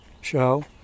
show